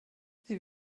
sie